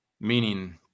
Meaning